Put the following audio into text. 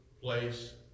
place